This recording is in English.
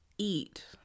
eat